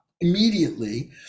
immediately